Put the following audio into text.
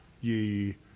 ye